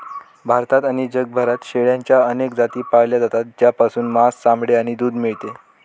भारतात आणि जगभरात शेळ्यांच्या अनेक जाती पाळल्या जातात, ज्यापासून मांस, चामडे आणि दूध मिळते